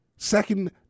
Second